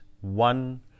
one